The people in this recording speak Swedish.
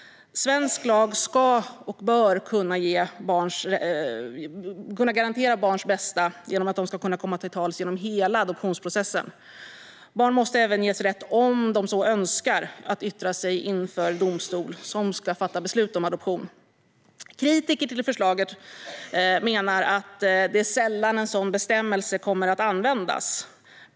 Svensk lag bör kunna garantera barns bästa genom att de ska kunna komma till tals genom hela adoptionsprocessen. Barn måste även ges rätt att om de så önskar yttra sig inför domstol som ska fatta beslut om adoption. Kritiker till förslaget menar att det är sällan en sådan bestämmelse kommer att användas.